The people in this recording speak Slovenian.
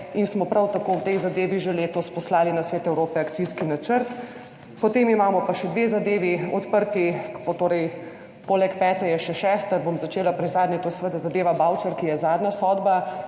in smo prav tako o tej zadevi že letos poslali na Svet Evrope akcijski načrt. Potem imamo pa še dve zadevi odprti, poleg pete je še šesta, bom začela pri zadnji, to je zadeva Bavčar, ki je zadnja sodba